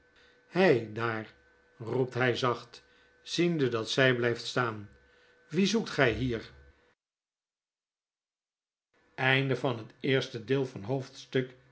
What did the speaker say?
hei daarl'vroept hy zacht ziende dat zy blyft staan wien zoekt gij hier